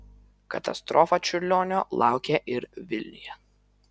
katastrofa čiurlionio laukė ir vilniuje